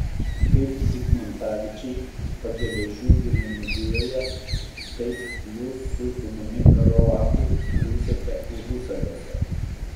kaip zigmantavičiai pageležių girininkijoje taip jūs su sūnumi rolandu triūsiate užusaliuose